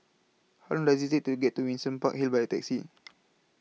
How Long Does IT Take to get to Windsor Park Hill By Taxi